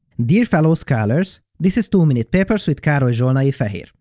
dear fellow scholars, this is two minute papers with karoly zsolnai-feher.